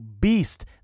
beast